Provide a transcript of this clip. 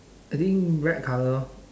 I think black colour